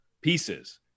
pieces